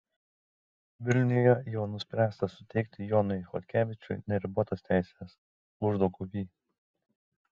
vilniuje jau nuspręsta suteikti jonui chodkevičiui neribotas teises uždauguvy